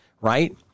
Right